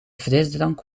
frisdrank